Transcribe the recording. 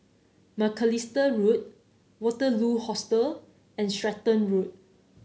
Macalister Road Waterloo Hostel and Stratton Road